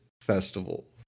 festival